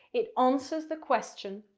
it answers the question,